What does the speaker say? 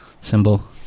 symbol